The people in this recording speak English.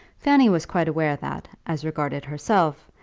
fanny was quite aware that as regarded herself,